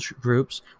groups